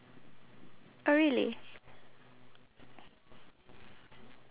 we would probably have diabetes